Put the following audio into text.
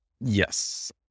Yes